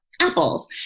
apples